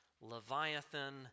Leviathan